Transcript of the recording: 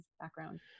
background